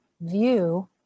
view